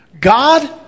God